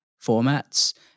formats